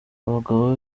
abagabo